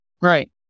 Right